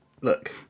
look